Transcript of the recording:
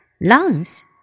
Lungs